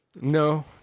No